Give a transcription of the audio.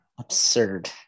absurd